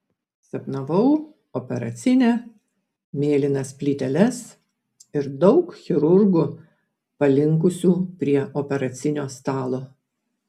sapnavau operacinę mėlynas plyteles ir daug chirurgų palinkusių prie operacinio stalo